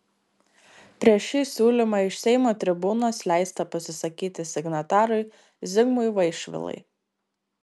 prieš šį siūlymą iš seimo tribūnos leista pasisakyti signatarui zigmui vaišvilai